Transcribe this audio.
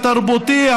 התרבותי,